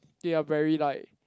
they are very like